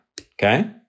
okay